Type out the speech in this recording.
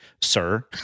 sir